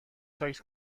سایز